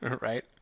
Right